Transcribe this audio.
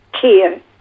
care